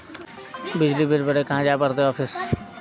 बिजली बिल भरे ले कहाँ जाय पड़ते ऑफिस?